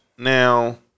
Now